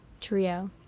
trio